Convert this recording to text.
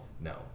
No